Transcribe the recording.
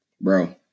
Bro